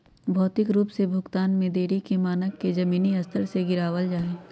भौतिक रूप से भुगतान में देरी के मानक के जमीनी स्तर से गिरावल जा हई